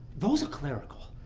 those are clerical.